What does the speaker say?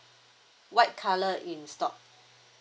white colour in stock